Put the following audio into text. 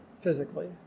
physically